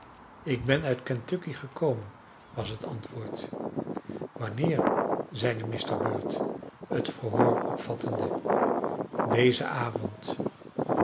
ik ben uit kentucky gekomen was het antwoord wanneer zeide mr bird het verhoor opvattende dezen avond